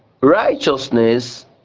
righteousness